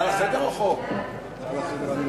ההצעה להעביר את הנושא